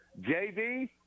JV